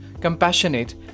compassionate